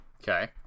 Okay